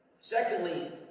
Secondly